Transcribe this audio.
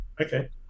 okay